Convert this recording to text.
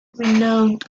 renowned